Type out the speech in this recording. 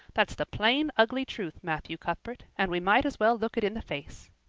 that's the plain, ugly truth, matthew cuthbert, and we might as well look it in the face.